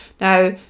Now